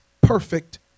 perfect